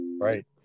right